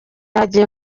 hagiye